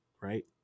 right